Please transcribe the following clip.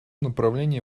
направлении